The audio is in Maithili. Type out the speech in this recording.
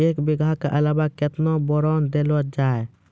एक बीघा के अलावा केतना बोरान देलो हो जाए?